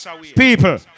People